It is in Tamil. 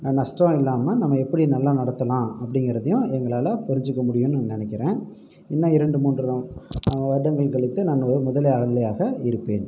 ந நஷ்டம் இல்லாமல் நம்ம எப்படி நல்லா நடத்தலாம் அப்படிங்கிறதையும் எங்களால் புரிஞ்சிக்க முடியும்னு நினைக்கிறேன் இன்னும் இரண்டு மூன்று வருடங்கள் கழித்து நான் ஒரு முதலி முதலாளியாக இருப்பேன்